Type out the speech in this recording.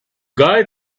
guy